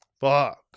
Fuck